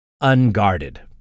Unguarded